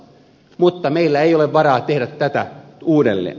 mutta meillä ei ole varaa tehdä tätä uudelleen